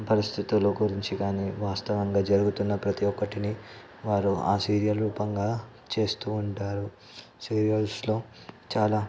పరిస్థితుల గురించి కానీ వాస్తవంగా జరుగుతున్న ప్రతీ ఒక్కటిని వారు ఆ సీరియల్ రూపంగా చేస్తూ ఉంటారు సీరియల్స్లో చాలా